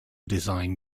design